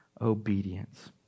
obedience